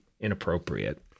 inappropriate